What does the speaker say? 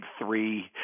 three